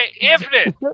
infinite